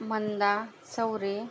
Manda Chaure